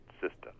system